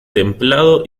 templado